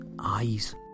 eyes